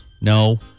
No